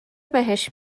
بهش